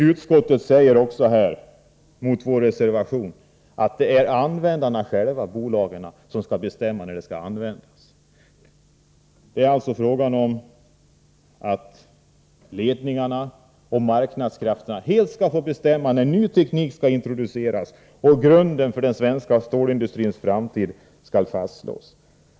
Utskottet säger beträffande vår reservation att det är användarna själva, bolagen, som skall bestämma när de skall användas. Det är alltså fråga om att företagsledningarna och marknadskrafterna helt skall få bestämma när en ny teknik skall introduceras och grunden för den svenska stålindustrins framtid skall fastslås.